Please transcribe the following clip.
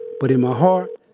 but, in my heart,